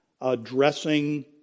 addressing